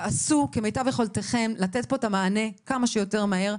תעשו כמיטב יכולתכם לתת פה את המענה כמה שיותר מהר.